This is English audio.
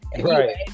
Right